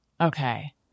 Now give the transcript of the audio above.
Okay